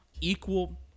equal